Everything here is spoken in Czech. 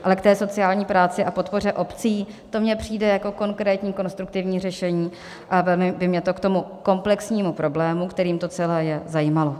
Ale k sociální práci a k podpoře obcí, to mi přijde jako konkrétní konstruktivní řešení a velmi by mě to k tomu komplexnímu problému, kterým to celé je, zajímalo.